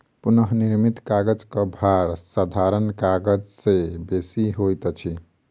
पुनःनिर्मित कागजक भार साधारण कागज से बेसी होइत अछि